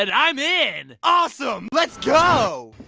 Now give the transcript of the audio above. and i'm in! awesome! let's go!